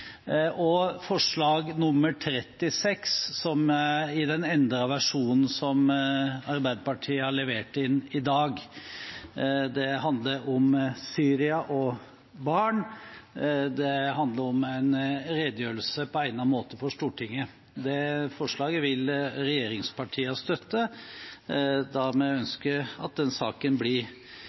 og forslag nr. 36, i den endrede versjonen som Arbeiderpartiet har levert inn i dag. Det handler om Syria og barn, og det handler om en redegjørelse på egnet måte for Stortinget. Det forslaget vil regjeringspartiene støtte, da vi ønsker at den saken blir